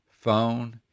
phone